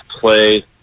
play